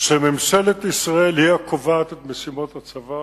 שממשלת ישראל היא הקובעת את משימות הצבא,